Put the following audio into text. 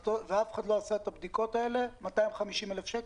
ואף אחד לא עשה את הבדיקות האלה 250,000 שקל?